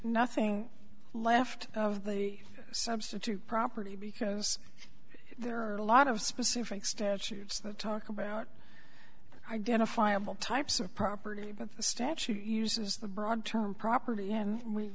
nothing left of the substitute property because there are a lot of specific statutes that talk about identifiable types of property but the statute uses the broad term property and we